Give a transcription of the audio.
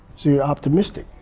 you're optimistic.